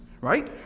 right